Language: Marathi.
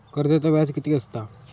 कर्जाचा व्याज कीती असता?